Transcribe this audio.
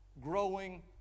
growing